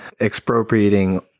expropriating